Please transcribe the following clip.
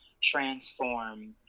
transform